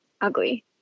ugly